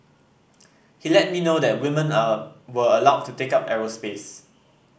he let me know that women are were allowed to take up aerospace